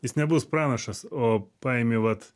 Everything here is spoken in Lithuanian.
jis nebus pranašas o paimi vat